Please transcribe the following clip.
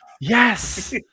Yes